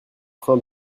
train